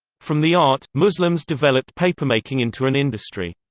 from the art, muslims developed papermaking into an industry.